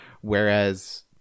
Whereas